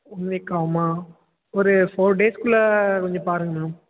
one week ஆவுமா ஒரு four டேஸ்குள்ளே கொஞ்சம் பாருங்கள் மேம்